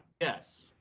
yes